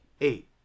eight